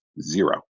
zero